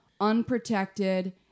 unprotected